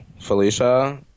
felicia